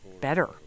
better